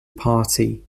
party